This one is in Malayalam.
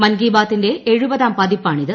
മൻ കി ബാതിന്റെ എഴുപതാം പതിപ്പാണിത്